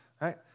Right